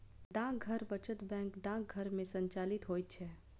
डाक वचत बैंक डाकघर मे संचालित होइत छै